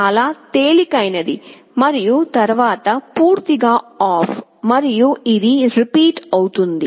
2 చాలా తేలికైనది మరియు తరువాత పూర్తిగా ఆఫ్ మరియు ఇది రిపీట్ అవుతుంది